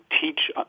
teach